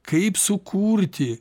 kaip sukurti